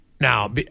Now